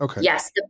Yes